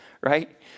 right